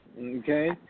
Okay